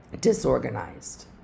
disorganized